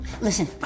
Listen